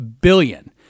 billion